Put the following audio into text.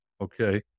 okay